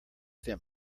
them